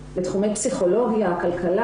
והערבים נמצאים לא במציאות שוויונית באקדמיה הישראלית,